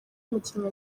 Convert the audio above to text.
umukinnyi